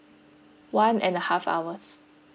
one and a half hours